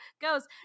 goes